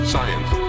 Science